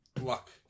luck